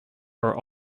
are